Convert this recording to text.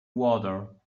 water